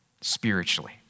spiritually